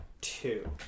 two